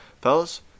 Fellas